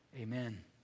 amen